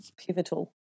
pivotal